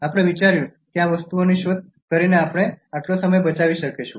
આપણે વિચાર્યું કે આ વસ્તુઓની શોધ કરીને આપણે આટલો સમય બચાવી શકીશું